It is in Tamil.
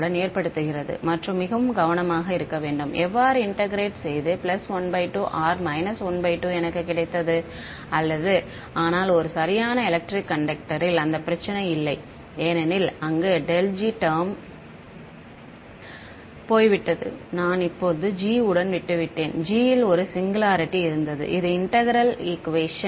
உடன் ஏற்படுத்துகிறது மற்றும் மிகவும் கவனமாக இருக்க வேண்டும் எவ்வாறு இன்டெக்ரேட்டேட் செய்து 12 or − 12 எனக்கு கிடைத்தது அல்லது ஆனால் ஒரு சரியான எலெக்ட்ரிக் கண்டக்டரில் அந்த பிரச்சினை இல்லை ஏனெனில் அங்கு ∇g டெர்ம் போய்விட்டது நான் இப்போது g உடன் விட்டுவிட்டேன் g ல் ஒரு சிங்குலாரிட்டி இருந்தது இது இன்டெக்ரேபெல்